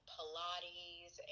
Pilates